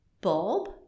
Bob